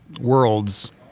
Worlds